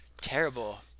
Terrible